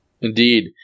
Indeed